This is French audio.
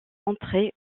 entré